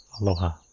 Aloha